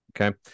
Okay